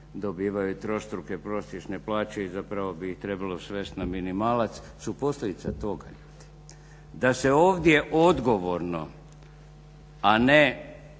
dobivaju trostruke prosječne plaće i zapravo bi ih trebalo svesti na minimalac su posljedica toga ljudi. Da se ovdje odgovorno, a ne